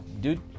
dude